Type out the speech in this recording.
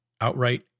outright